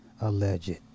Alleged